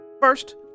First